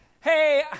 Hey